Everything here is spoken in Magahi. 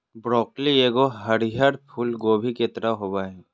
ब्रॉकली एगो हरीयर फूल कोबी के तरह होबो हइ